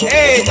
Hey